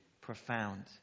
profound